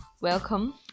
Welcome